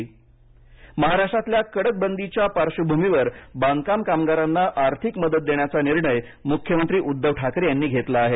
अर्थसहाय्य बांधकाम महाराष्ट्रातल्या कडक बंदीच्या पार्श्वभूमीवर बांधकाम कामगारांना आर्थिक मदत देण्याचा निर्णय मुख्यमंत्री उद्धव ठाकरे यांनी घेतला आहे